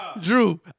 Drew